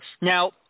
Now